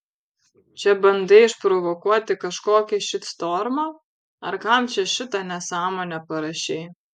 čia bandai išprovokuoti kažkokį šitstormą ar kam čia šitą nesąmonę parašei